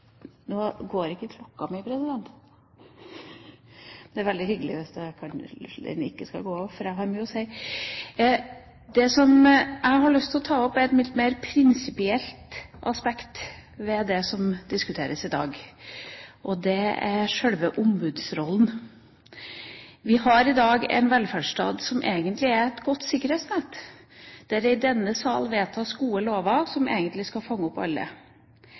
Nå går ikke klokka mi, president. Det er veldig hyggelig hvis den ikke går, for jeg har mye å si! Det jeg har lyst til å ta opp, er et litt mer prinsipielt aspekt ved det som diskuteres i dag, og det er sjølve ombudsrollen. Vi har i dag en velferdsstat som egentlig er et godt sikkerhetsnett, der det i denne sal vedtas gode lover som skal fange opp alle.